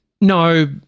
No-